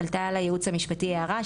עלתה לייעוץ המשפטי הערה,